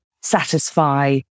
satisfy